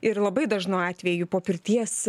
ir labai dažnu atveju po pirties